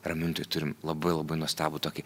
ramintojoj turim labai labai nuostabų tokį